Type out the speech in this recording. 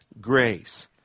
grace